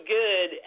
good